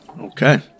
Okay